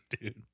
dude